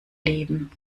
leben